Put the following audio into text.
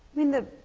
i mean, the